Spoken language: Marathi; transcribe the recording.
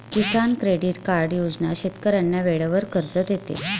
किसान क्रेडिट कार्ड योजना शेतकऱ्यांना वेळेवर कर्ज देते